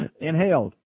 inhaled